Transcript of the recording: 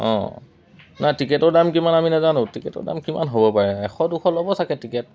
অঁ নাই টিকেটৰ দাম কিমান আমি নেজানো টিকেটৰ দাম কিমান হ'ব পাৰে এশ দুশ ল'ব চাগে টিকেট